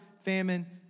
famine